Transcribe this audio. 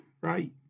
right